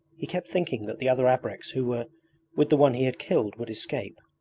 he kept thinking that the other abreks who were with the one he had killed would escape.